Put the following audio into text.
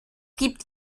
gibt